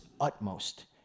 utmost